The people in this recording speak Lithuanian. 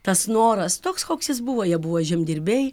tas noras toks koks jis buvo jie buvo žemdirbiai